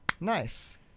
Nice